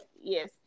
Yes